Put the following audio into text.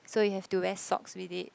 so you have to wear socks with it